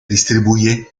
distribuye